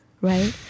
right